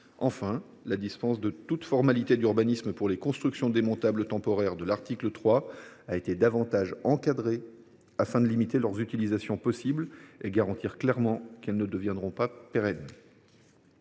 enfin, la dispense de toute formalité d’urbanisme pour les constructions démontables temporaires de l’article 3 a été davantage encadrée afin de limiter leurs utilisations possibles et de garantir clairement qu’elles ne deviendront pas pérennes.